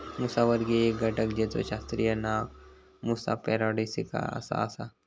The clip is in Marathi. मुसावर्गीय एक घटक जेचा शास्त्रीय नाव मुसा पॅराडिसिका असा आसा